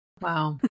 Wow